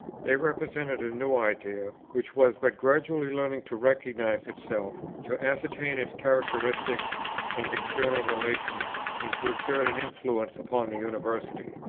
they represented a new idea, which was but gradually learning to recognize itself, to ascertain its characteristics and external relations, and to exert an influence upon the university.